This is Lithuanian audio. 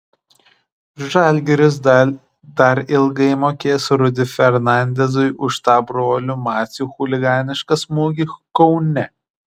žalgiris dar ilgai mokės rudy fernandezui už tą brolių macių chuliganišką smūgį kaune